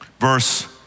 Verse